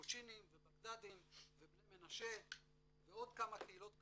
קוצ'ינים ובגדדים ובני מנשה ועוד כמה קהילות קטנות,